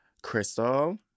Crystal